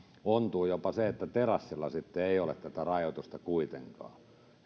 ontuu jopa se että terassilla sitten ei ole tätä rajoitusta kuitenkaan